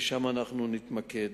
ושם אנחנו נתמקד.